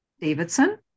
Davidson